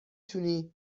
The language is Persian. تونی